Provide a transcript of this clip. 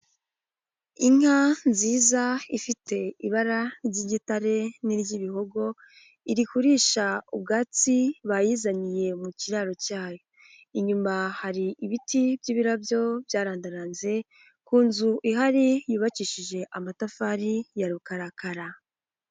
Inka nziza ifite ibara ry'igitare n'iry'ibihogo, iri kurisha ubwatsi bayizaniye mu kiraro cyayo, inyuma hari ibiti by'ibirabyo byarandaranze, ku nzu ihari yubakishije amatafari ya rukarakara.